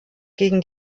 gegen